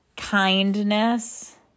kindness